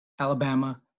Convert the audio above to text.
Alabama